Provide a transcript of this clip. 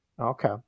okay